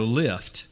lift